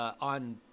on